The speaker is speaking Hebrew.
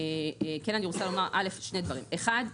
שני דברים: אחת,